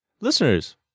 listeners